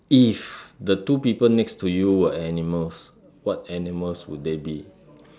if the two people next to you were animals what animals would they be